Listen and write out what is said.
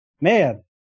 Man